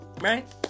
Right